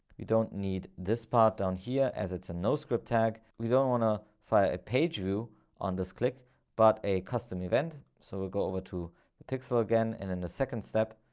we don't need this part on here as it's a no script tag. we don't want to find a page. on this click but a custom event so we'll go over to the pixel again. and then the second step,